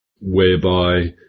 whereby